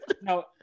No